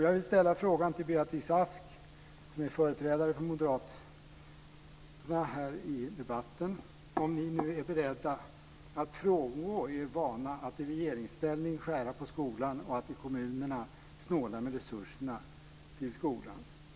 Jag vill ställa frågan till Beatrice Ask som är företrädare för moderaterna här i debatten om ni är beredda att frångå er vana att i regeringsställning skära ned på resurserna för skolan och att i kommunerna snåla med resurserna till skolan.